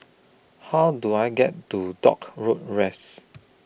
How Do I get to Dock Road West